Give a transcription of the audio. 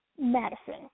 Madison